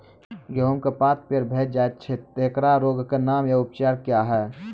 गेहूँमक पात पीअर भअ जायत छै, तेकरा रोगऽक नाम आ उपचार क्या है?